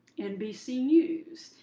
nbc news.